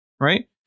right